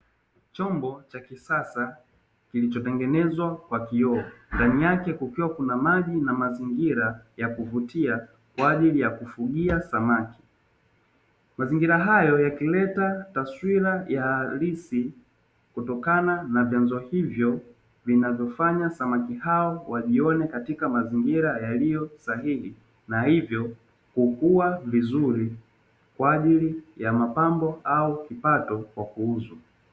Chombo cha kisasa kilichotengenezwa kwa kioo, ndani yake kukiwa kuna maji na mazingira ya kuvutia kwa ajili ya kufungia samaki, mazingira hayo yakileta taswira ya halisi kutokana na vyanzo hivyo vinavyofanya samaki hao wajione katika mazingira yaliyo sahihi na hivyo hukua vizuri kwa ajili ya mapambo au kipato kwa kuuzwa.